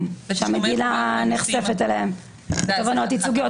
שהמדינה נחשפת אליהם בתובענות ייצוגיות,